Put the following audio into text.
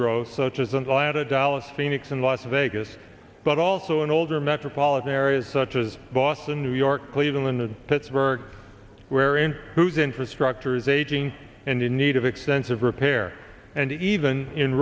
had a dallas phoenix and las vegas but also an older metropolitan areas such as boston new york cleveland and pittsburgh where in whose infrastructure is aging and in need of extensive repair and even in